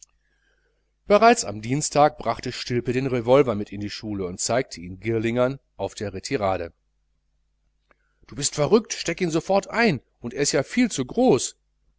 bereits am dienstag brachte stilpe den revolver mit in die schule und zeigte ihn girlingern auf der retirade bist du verrückt steck ihn sofort ein und er ist ja viel zu groß